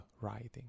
writing